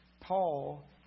Paul